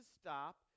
stop